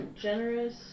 generous